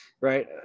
right